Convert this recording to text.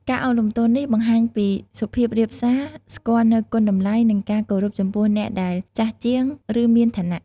ការឱនលំទោននេះបង្ហាញពីសុភាពរាបសា ស្គាល់នូវគុណតម្លៃ និងការគោរពចំពោះអ្នកដែលចាស់ជាង ឬមានឋានៈ។